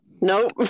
Nope